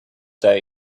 day